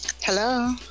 Hello